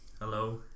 hello